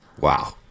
Wow